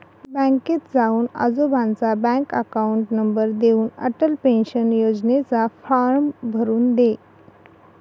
बँकेत जाऊन आजोबांचा बँक अकाउंट नंबर देऊन, अटल पेन्शन योजनेचा फॉर्म भरून दे